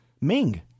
Ming